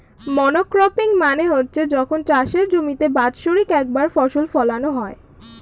monocropping মানে হচ্ছে যখন চাষের জমিতে বাৎসরিক একবার ফসল ফোলানো হয়